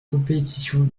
compétitions